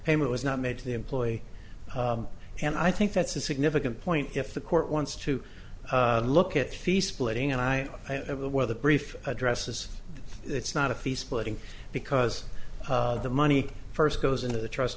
payment was not made to the employee and i think that's a significant point if the court wants to look at feast splitting and i have a weather brief addresses it's not a fee splitting because the money first goes into the trust